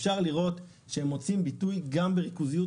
אפשר לראות שהם מוצאים ביטוי גם בריכוזיות